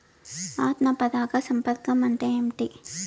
ఆత్మ పరాగ సంపర్కం అంటే ఏంటి?